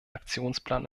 aktionsplan